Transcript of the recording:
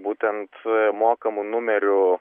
būtent mokamu numeriu